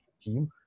team